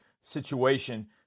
situation